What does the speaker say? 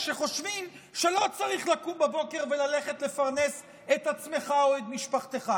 שחושבים שלא צריך לקום בבוקר וללכת לפרנס את עצמך או את משפחתך,